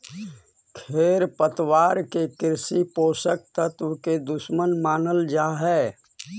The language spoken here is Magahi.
खेरपतवार के कृषि पोषक तत्व के दुश्मन मानल जा हई